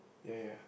ya ya